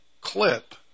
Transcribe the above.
clip